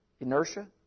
inertia